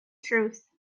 truth